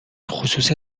خصوص